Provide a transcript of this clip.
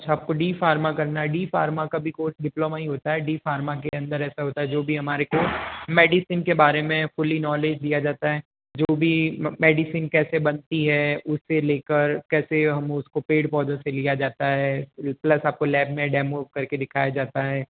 अच्छा आपको D pharma करना है डी फार्मा का भी कोर्स डिप्लोमा ही होता है डी फार्मा के अन्दर ऐसा होता है जो भी हमारे को मेडिसिन के बारे में फूली नोलेज दिया जाता है जो भी मेडिसिन कैसे बनती है उसे ले कर कैसे हम उसको पेड़ पौधों से लिया जाता है प्लस आपको लैब में डेमो करके दिखाया जाता है